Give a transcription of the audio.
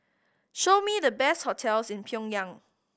show me the best hotels in Pyongyang